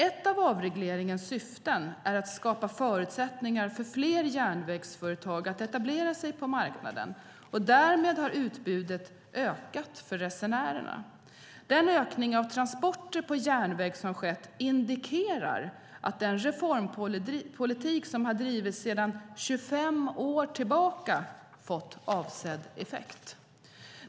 Ett av avregleringens syften är att skapa förutsättningar för fler järnvägsföretag att etablera sig på marknaden och därmed öka utbudet för resenärerna. Den ökning av transporter på järnväg som skett indikerar att den reformpolitik som bedrivits sedan 25 år tillbaka fått avsedd effekt.